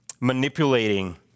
manipulating